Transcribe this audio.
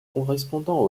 correspondant